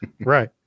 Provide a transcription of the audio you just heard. right